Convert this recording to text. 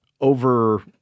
over